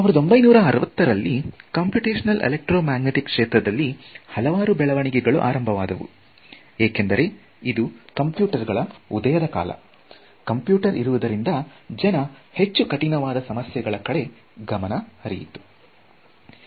1960ರಲ್ಲಿ computer ಗಳು ಉದಯವಾಗುತ್ತಲಿದ್ದವು ಆದ್ದರಿಂದ ಕಂಪ್ಯೂಟಿಷನಲ್ ಎಲೆಕ್ಟ್ರೋ ಮ್ಯಾಗ್ನೆಟಿಕ್ ಕ್ಷೇತ್ರದಲ್ಲಿ ಹಲವಾರು ಬೆಳವಣಿಗೆಗಳು ಆರಂಭವಾದವು ಏಕೆಂದರೆ ಕಂಪ್ಯೂಟರನಿಂದಾಗಿ ಜನ ಹೆಚ್ಚು ಕಠಿಣವಾದ ಸಮಸ್ಯೆಗಳ ಕಡೆ ಗಮನ ಹರಿಸಲು ತೊಡಗಿದರು